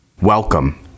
Welcome